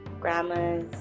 grandma's